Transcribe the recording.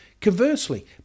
conversely